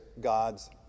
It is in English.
God's